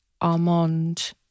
Armand